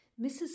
Mrs